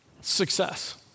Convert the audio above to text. success